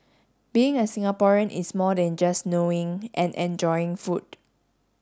being a Singaporean is more than just knowing and enjoying food